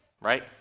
Right